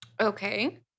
Okay